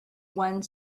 one